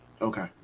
Okay